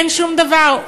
אין שום דבר.